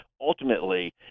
ultimately